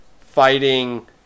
fighting